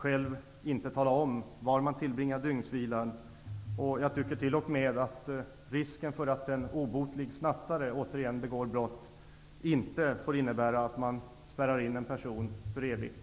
själv behöva tala om var man tillbringar dygnsvilan. Jag tycker t.o.m. att risken för att en obotlig snattare återigen begår brott inte får innebära att man spärrar in en person för evigt.